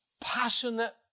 Passionate